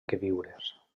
queviures